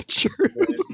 true